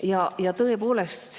Tõepoolest,